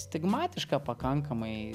stigmatiška pakankamai